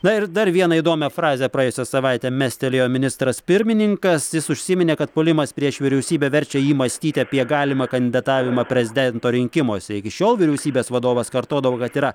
na ir dar vieną įdomią frazę praėjusią savaitę mestelėjo ministras pirmininkas jis užsiminė kad puolimas prieš vyriausybę verčia jį mąstyti apie galimą kandidatavimą prezidento rinkimuose iki šiol vyriausybės vadovas kartodavo kad yra